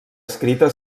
escrita